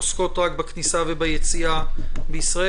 עוסקות רק בכניסה וביציאה מישראל?